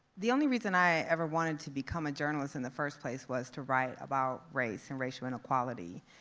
the only reason i ever wanted to become a journalist in the first place was to write about race and racial inequality,